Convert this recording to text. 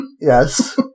Yes